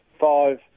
five